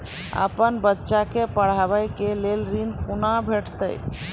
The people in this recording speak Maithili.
अपन बच्चा के पढाबै के लेल ऋण कुना भेंटते?